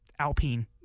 alpine